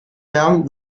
lärm